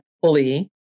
fully